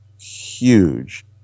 huge